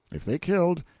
if they killed,